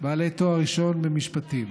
בעלי תואר ראשון במשפטים.